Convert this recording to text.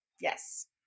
Yes